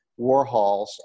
Warhols